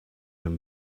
him